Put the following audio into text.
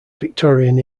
victorian